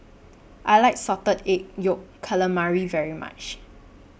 I like Salted Egg Yolk Calamari very much